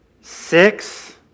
Six